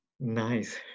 Nice